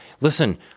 listen